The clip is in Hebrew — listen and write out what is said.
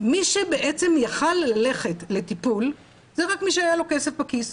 מי שבעצם יכול ללכת לטיפול זה רק מי שהיה לו כסף בכיס.